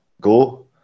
go